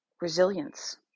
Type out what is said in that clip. resilience